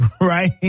Right